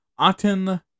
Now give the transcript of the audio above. Aten